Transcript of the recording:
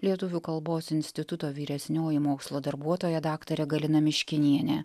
lietuvių kalbos instituto vyresnioji mokslo darbuotoja daktarė galina miškinienė